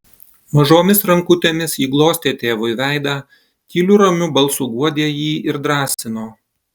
mažomis rankutėmis ji glostė tėvui veidą tyliu ramiu balsu guodė jį ir drąsino